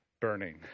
burning